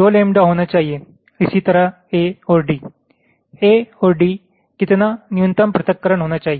2 lambda होना चाहिए इसी तरह A और D A और D कितना न्यूनतम पृथक्करण होना चाहिए